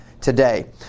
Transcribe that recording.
today